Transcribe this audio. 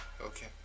okay